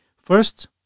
First